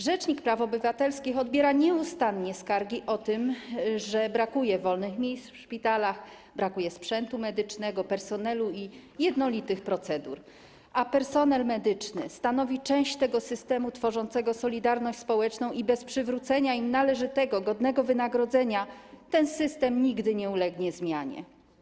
Rzecznik praw obywatelskich nieustannie odbiera skargi, że brakuje wolnych miejsc w szpitalach, brakuje sprzętu medycznego, personelu i jednolitych procedur, a personel medyczny stanowi część tego systemu tworzącego solidarność społeczną i bez przywrócenia im należytego, godnego wynagrodzenia ten system nigdy nie ulegnie zmianie.